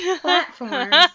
Platforms